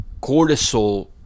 cortisol